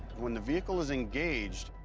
when the vehicle is engaged,